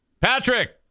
Patrick